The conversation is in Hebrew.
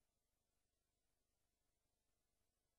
בבוקר